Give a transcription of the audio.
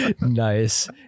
Nice